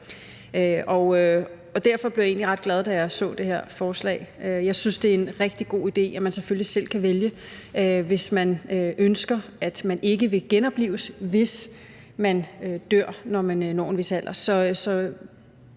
Derfor blev jeg egentlig ret glad, da jeg så det her forslag. Jeg synes, det er en rigtig god idé, at man selvfølgelig selv kan vælge det, hvis man ønsker, at man ikke vil genoplives, hvis man dør, når man når en vis alder.